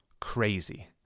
crazy